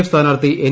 F സ്ഥാനാർത്ഥി M